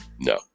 no